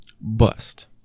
Bust